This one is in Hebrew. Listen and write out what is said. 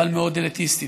אבל מאוד אליטיסטית,